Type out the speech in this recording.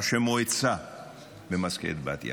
ראשי מועצה במזכרת בתיה,